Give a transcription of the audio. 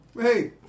hey